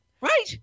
Right